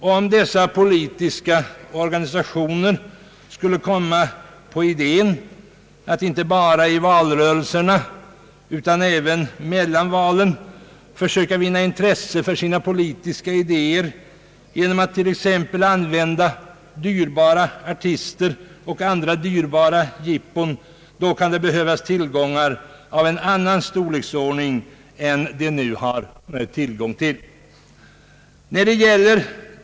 Om dessa politiska organisationer skulle komma på idén att inte bara i valrörelserna utan även mellan valen försöka vinna intresse för sina politiska idéer genom att t.ex. använda dyrbara artister och andra kostsamma jippon, kan det behövas tillgångar av en annan storleksordning än som nu är fallet.